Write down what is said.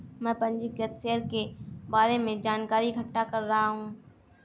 मैं पंजीकृत शेयर के बारे में जानकारी इकट्ठा कर रहा हूँ